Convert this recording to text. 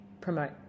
promote